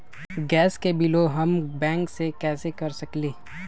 Gas के बिलों हम बैंक से कैसे कर सकली?